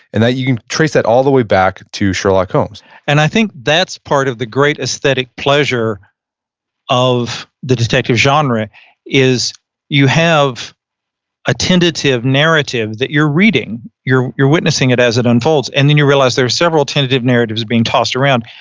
and that you can trace that all the way back to sherlock holmes and i think that's part of the great aesthetic pleasure of the detective genre is you have a tentative narrative that you're reading you're you're witnessing it as it unfolds. and then you realize there are several tentative narratives being tossed around.